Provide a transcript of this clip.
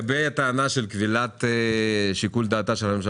נאמר לי שאנחנו בונים את דיני האיפוק והריסון ביחס לרשות המבצעת.